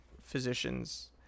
physicians